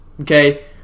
Okay